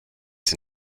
sie